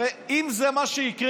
הרי אם זה מה שיקרה,